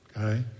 Okay